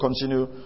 continue